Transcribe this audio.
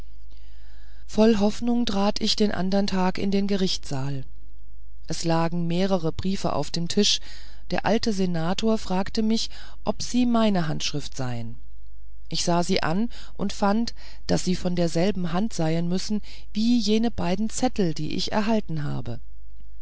voll hoffnung trat ich den andern tag in den gerichtssaal es lagen mehrere briefe auf dem tisch der alte senator fragte mich ob sie meine handschrift seien ich sah sie an und fand daß sie von derselben hand sein müssen wie jene beiden zettel die ich erhalten habe